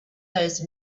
those